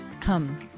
come